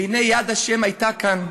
והנה יד השם הייתה כאן.